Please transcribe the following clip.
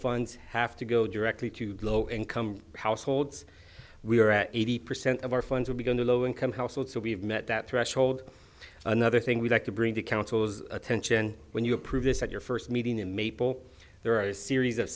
funds have to go directly to low income households we are at eighty percent of our funds will be going to low income households so we've met that threshold another thing we'd like to bring to councils attention when you approve this at your first meeting in maple there are a series of